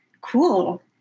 cool